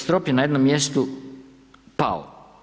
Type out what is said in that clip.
Strop je na jednom mjestu pao.